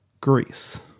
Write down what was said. Greece